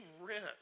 rent